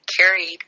carried